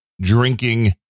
drinking